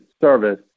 service